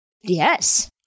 Yes